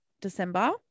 December